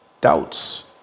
doubts